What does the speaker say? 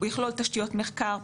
הוא יכלול תשתיות מחקר,